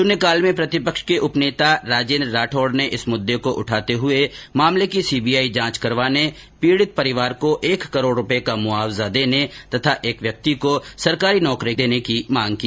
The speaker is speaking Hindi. शून्यकाल में प्रतिपक्ष के उपनेता राजेन्द्र राठौड़ ने इस मुददे को उठाते हुए मामले की सीबीआई जांच करवाने पीडित परिवार को एक करोड रूपये का मुआवजा देने तथा एक व्यक्ति को सरकारी नौकरी देने की मांग की